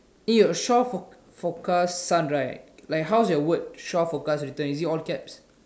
eh your shore fore~ forecast sun right how's your word written is it all caps